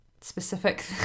specific